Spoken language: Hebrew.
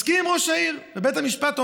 מסכים עם ראש העיר, ובית המשפט אומר: